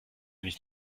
nicht